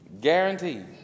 Guaranteed